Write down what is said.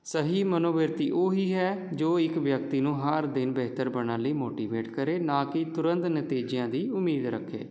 ਸਹੀ ਮਨੋਵਿਰਤੀ ਉਹੀ ਹੈ ਜੋ ਇੱਕ ਵਿਅਕਤੀ ਨੂੰ ਹਰ ਦਿਨ ਬਿਹਤਰ ਬਣਨ ਲਈ ਮੋਟੀਵੇਟ ਕਰੇ ਨਾ ਕਿ ਤੁਰੰਤ ਨਤੀਜਿਆਂ ਦੀ ਉਮੀਦ ਰੱਖੇ